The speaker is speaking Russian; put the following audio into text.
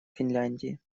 финляндии